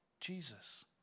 Jesus